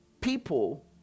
people